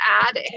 add